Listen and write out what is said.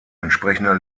entsprechender